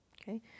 Okay